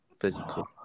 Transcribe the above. physical